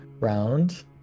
round